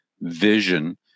vision